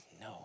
No